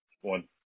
one